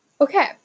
Okay